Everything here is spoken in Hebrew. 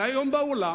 אולי היום בעולם,